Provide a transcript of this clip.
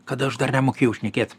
kada aš dar nemokėjau šnekėt